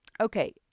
Okay